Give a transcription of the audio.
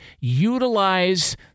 utilize